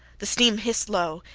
the steam hissed low.